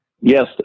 Yes